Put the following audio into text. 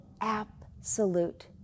absolute